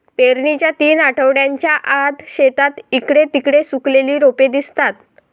पेरणीच्या तीन आठवड्यांच्या आत, शेतात इकडे तिकडे सुकलेली रोपे दिसतात